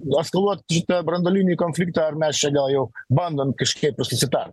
eskaluot šitą branduolinį konfliktą ar mes čia gal jau bandom kažkiek susitart